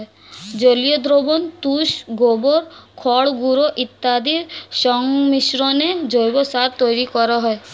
জলীয় দ্রবণ, তুষ, গোবর, খড়গুঁড়ো ইত্যাদির সংমিশ্রণে জৈব সার তৈরি করা হয়